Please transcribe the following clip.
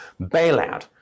bailout